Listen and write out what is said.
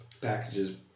packages